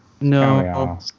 No